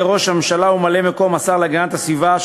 ראש הממשלה וממלא-מקום השר להגנת הסביבה,